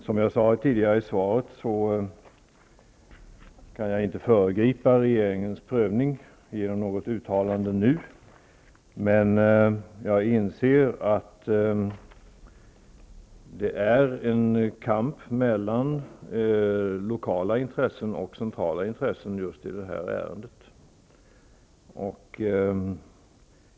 Som jag sade i svaret, kan jag inte föregripa regeringens prövning genom något uttalande nu, men jag inser att det är en kamp mellan lokala intressen och centrala intressen just i detta ärende.